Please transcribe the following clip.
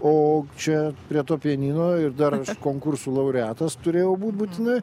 o čia prie to pianino ir dar konkursų laureatas turėjau būt būtinai